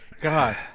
God